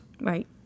Right